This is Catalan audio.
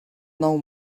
nou